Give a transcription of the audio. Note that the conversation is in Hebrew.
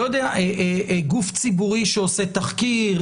גוף ציבורי שעושה תחקיר,